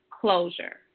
closure